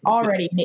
already